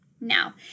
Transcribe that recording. Now